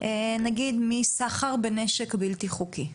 נגיד מסחר בנשק בלתי חוקי.